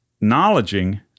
acknowledging